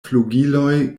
flugiloj